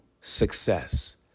success